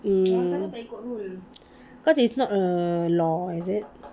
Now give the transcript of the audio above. mm cause it's not a law is it